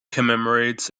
commemorates